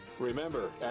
Remember